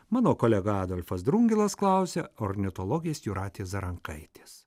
mano kolega adolfas drungilas klausia ornitologės jūratės zarankaitės